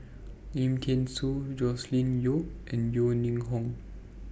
Lim Thean Soo Joscelin Yeo and Yeo Ning Hong